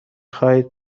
خواهید